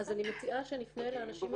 אז אני מציעה שנפנה לאנשים הרלוונטיים.